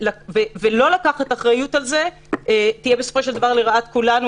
ולא לקחת אחריות על זה יהיה בסופו של דבר לרעת כולנו,